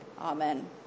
Amen